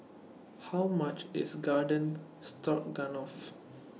How much IS Garden Stroganoff